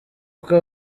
uko